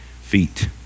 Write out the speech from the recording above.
feet